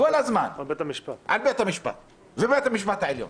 כל הזמן, על בית המשפט ובית המשפט העליון,